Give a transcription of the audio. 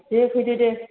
दे फैदो दे